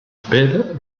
appellent